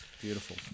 Beautiful